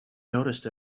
noticed